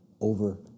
over